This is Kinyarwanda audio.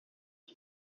ubu